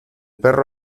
perro